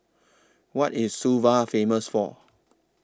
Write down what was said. What IS Suva Famous For